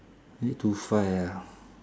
eight to five ah